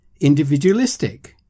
individualistic